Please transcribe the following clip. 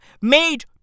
made